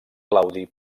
claudi